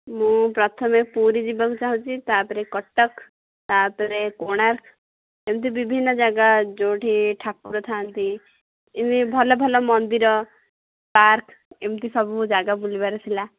ମୁଁ ପ୍ରଥମେ ପୁରୀ ଯିବାକୁ ଚାହୁଁଛି ତା'ପରେ କଟକ ତା'ପରେ କୋଣାର୍କ ଏମିତି ବିଭିନ୍ନ ଜାଗା ଯେଉଁଠି ଠାକୁର ଥାଆନ୍ତି ଏ ଭଲ ଭଲ ମନ୍ଦିର ପାର୍କ ଏମିତିସବୁ ଜାଗା ବୁଲିବାର ଥିଲା